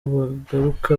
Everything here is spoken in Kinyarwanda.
bagaruka